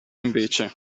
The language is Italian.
invece